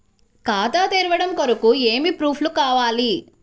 ఖాతా తెరవడం కొరకు ఏమి ప్రూఫ్లు కావాలి?